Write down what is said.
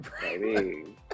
Baby